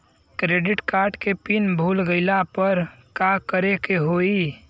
Credit card के PIN भूल गईला पर का करे के होई?